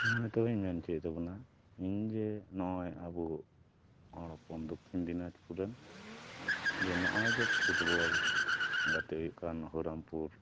ᱱᱚᱜᱼᱚᱭ ᱛᱚᱵᱮᱧ ᱢᱮᱱ ᱦᱚᱪᱚᱭᱮᱫ ᱛᱟᱵᱚᱱᱟ ᱤᱧ ᱡᱮ ᱱᱚᱜᱼᱚᱭ ᱟᱵᱚ ᱦᱚᱲ ᱦᱚᱯᱚᱱ ᱫᱚᱠᱠᱷᱤᱱ ᱫᱤᱱᱟᱡᱽᱯᱩᱨ ᱨᱮᱱ ᱡᱮ ᱱᱚᱜᱼᱚᱭ ᱡᱮ ᱯᱷᱩᱴᱵᱚᱞ ᱜᱟᱛᱮ ᱦᱩᱭᱩᱜ ᱠᱟᱱᱟ ᱦᱚᱨᱤᱨᱟᱢᱯᱩᱨ